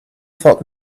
felt